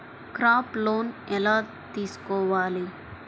Crop loan ఎలా తీసుకోవాలి?